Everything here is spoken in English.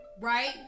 right